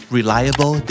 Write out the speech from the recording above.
Reliable